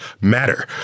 matter